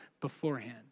beforehand